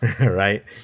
right